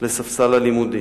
לספסל הלימודים.